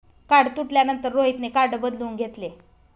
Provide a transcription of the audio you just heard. card तुटल्यानंतर रोहितने card बदलून घेतले